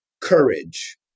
courage